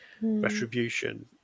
retribution